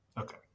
Okay